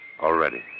Already